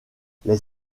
les